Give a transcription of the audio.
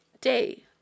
day